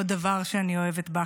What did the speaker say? עוד דבר שאני אוהבת בך.